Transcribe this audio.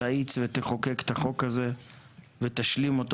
תאיץ ותחוקק את החוק הזה ותשלים אותו.